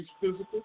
physical